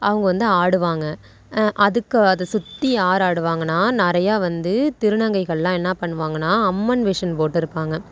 அவங்க வந்து ஆடுவாங்க அதுக்கு அதை சுற்றி யார் ஆடுவாங்கன்னால் நிறையா வந்து திருநங்கைகள்லாம் என்ன பண்ணுவாங்கன்னால் அம்மன் வேடம் போட்டிருப்பாங்க